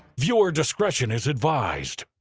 viewer discretion is advised.